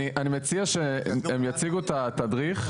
אני מציע שהם יציגו את התדריך,